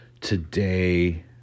Today